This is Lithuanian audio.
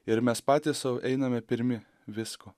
ir mes patys sau einame pirmi visko